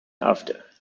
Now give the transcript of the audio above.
after